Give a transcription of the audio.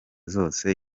zose